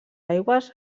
aigües